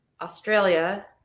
Australia